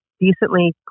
decently